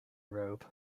robe